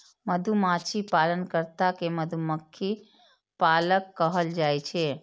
मधुमाछी पालन कर्ता कें मधुमक्खी पालक कहल जाइ छै